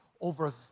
over